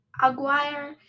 Aguirre